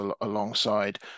alongside